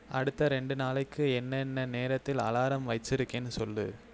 அடுத்த ரெண்டு நாளைக்கு என்னென்ன நேரத்தில் அலாரம் வச்சுருக்கேன்னு சொல்